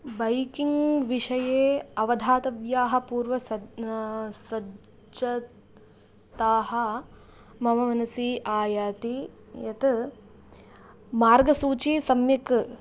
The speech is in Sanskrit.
बैकिङ्ग्विषये अवधातव्याः पूर्व सज् सज्जताः मम मनसि आयाति यत् मार्गसूची सम्यक्